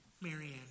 Marianne